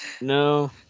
No